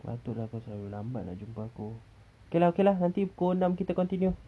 patut lah kau selalu lambat nak jumpa aku okay lah okay lah nanti pukul enam kita continue